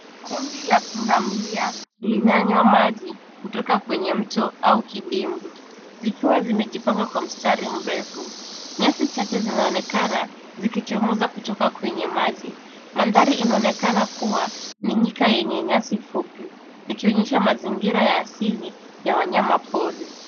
Kundi la pundamilia linanyuwa maji kutoka kwenye mto au kidimbwi zikiwa zimejipanga kwa mstari nyasi chache zinaonekana zikichomoza kutoka kwenye maji mandhari inaonekana kuwa ni nyika yenye nyasi fupi ikionyesha mazingira ya aili ya wanyama pori.